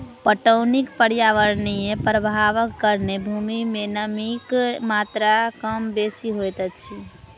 पटौनीक पर्यावरणीय प्रभावक कारणेँ भूमि मे नमीक मात्रा कम बेसी होइत अछि